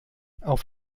auf